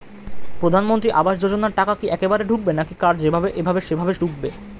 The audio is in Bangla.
প্রধানমন্ত্রী আবাস যোজনার টাকা কি একবারে ঢুকবে নাকি কার যেভাবে এভাবে সেভাবে ঢুকবে?